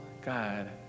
God